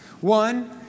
One